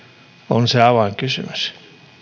on se avainkysymys